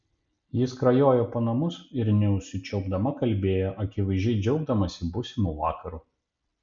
ji skrajojo po namus ir neužsičiaupdama kalbėjo akivaizdžiai džiaugdamasi būsimu vakaru